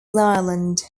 islands